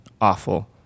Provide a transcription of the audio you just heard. awful